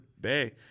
Bay